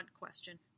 question